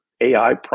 AI